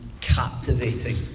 captivating